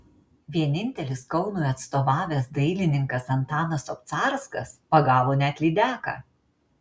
vienintelis kaunui atstovavęs dailininkas antanas obcarskas pagavo net lydeką